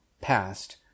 past